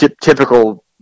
typical